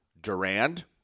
Durand